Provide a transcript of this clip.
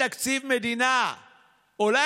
ואני